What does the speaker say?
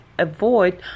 avoid